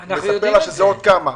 אלא עוד אנשים.